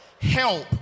help